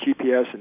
GPS